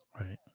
Right